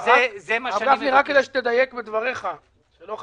רק כדי תדייק בדבריך שלא ,